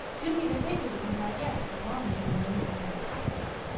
do me the favor to be my guest as long as you remain in my capital.